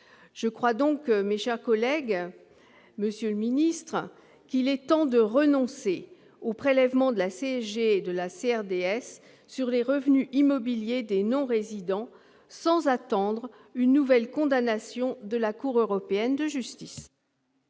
Je crois donc, monsieur le ministre, qu'il est temps de renoncer au prélèvement de la CSG-CRDS sur les revenus immobiliers des non-résidents, sans attendre une nouvelle condamnation de la Cour de justice